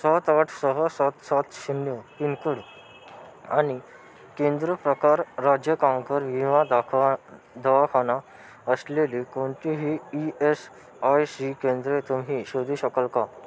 सात आठ सहा सात सात शून्य पिनकोड आणि केंद्र प्रकार राज्यकांकर विमा दाखवा दवाखाना असलेली कोणतीही ई एस आय सी केंद्रे तुम्ही शोधू शकाल का